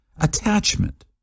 attachment